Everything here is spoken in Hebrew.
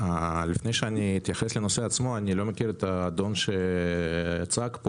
לפני שאני אתייחס לנושא עצמו אני לא מכיר את האדון שצעק פה